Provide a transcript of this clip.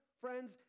friends